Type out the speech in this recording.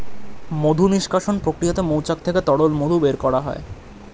মধু নিষ্কাশণ প্রক্রিয়াতে মৌচাক থেকে তরল মধু বের করা হয়